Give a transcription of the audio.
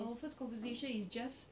our first conversation is just